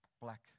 black